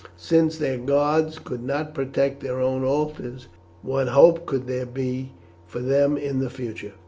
since their gods could not protect their own altars what hope could there be for them in the future?